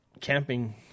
camping